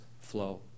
flow